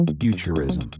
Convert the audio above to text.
Futurism